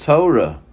Torah